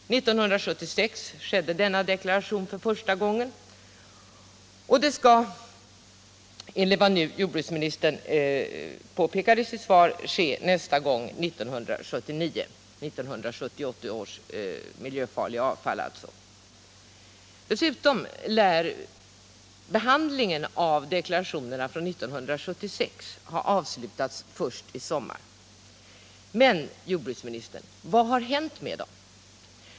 1976 skedde denna deklaration för första gången, och den skall, enligt vad jordbruksministern påpekade i sitt svar, nästa gång göras 1979 — alltså över 1978 års miljöfarliga avfall. Dessutom lär behandlingen av deklarationerna från 1976 ha avslutats först i sommar. Men, jordbruksministern, vad har hänt med dem?